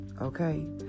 Okay